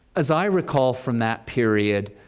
as i recall from that period,